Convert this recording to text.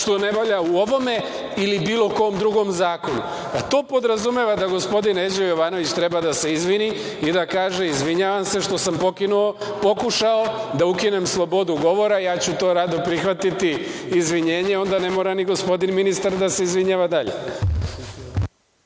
što ne valja u ovome ili bilo kom drugom zakonu. To podrazumeva da gospodin Neđo Jovanović treba da se izvini i da kaže – izvinjavam se što sam pokušao da ukinem slobodu govora. Ja ću rado prihvatiti izvinjenje i ne mora ni gospodin ministar da se izvinjava dalje.